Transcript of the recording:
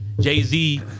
Jay-Z